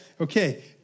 Okay